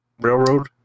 railroad